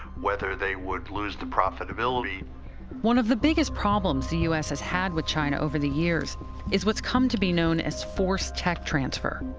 whether they would lose the profitability. sullivan one of the biggest problems the u s. has had with china over the years is what's come to be known as forced tech transfer,